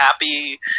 happy